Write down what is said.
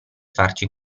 farci